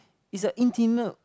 it's like intimate